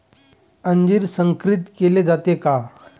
अंजीर संकरित केले जाते का?